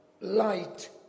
light